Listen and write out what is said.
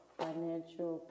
financial